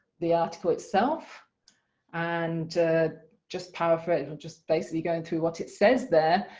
the article itself and just power for it or just basically going through what it says there,